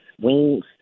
wings